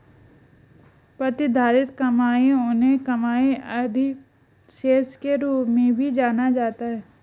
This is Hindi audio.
प्रतिधारित कमाई उन्हें कमाई अधिशेष के रूप में भी जाना जाता है